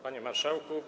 Panie Marszałku!